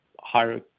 higher